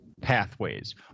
pathways